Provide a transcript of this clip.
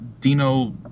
Dino